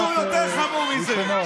משהו יותר חמור מזה.